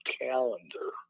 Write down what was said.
calendar